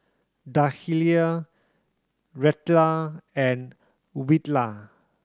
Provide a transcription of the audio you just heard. Dahlia Reatha and